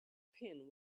pin